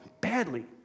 badly